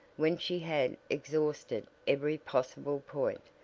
when she had exhausted every possible point,